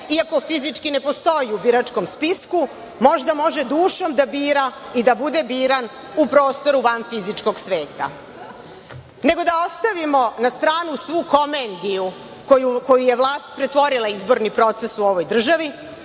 iako fizički ne postoji u biračkom spisku možda može dušom da bira i da bude biran u prostoru van fizičkog sveta. Nego da ostavimo na stranu svu komediju u koju je vlast pretvorila izborni proces u ovoj državi,